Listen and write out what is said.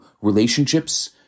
relationships